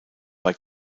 bei